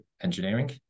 engineering